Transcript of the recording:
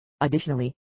Additionally